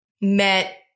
met